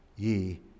Ye